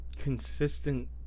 consistent